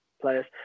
players